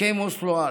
הסכם אוסלו א'.